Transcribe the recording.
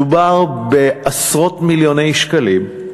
מדובר בעשרות מיליוני שקלים,